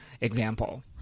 example